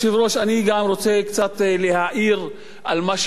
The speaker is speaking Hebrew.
אני גם רוצה קצת להעיר על מה שאמרת,